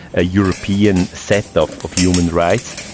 a european set of of human rights.